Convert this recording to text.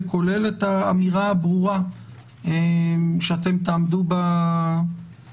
כולל את האמירה הברורה שאתם תעמדו ביעד,